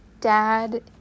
dad